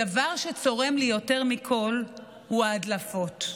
הדבר שצורם לי יותר מכול הוא ההדלפות.